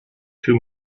too